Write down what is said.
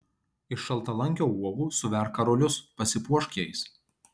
iš šaltalankio uogų suverk karolius pasipuošk jais